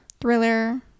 thriller